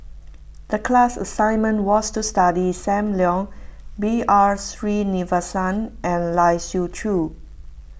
the class assignment was to study Sam Leong B R Sreenivasan and Lai Siu Chiu